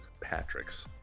Patrick's